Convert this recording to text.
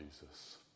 Jesus